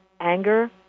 anger